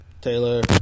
Taylor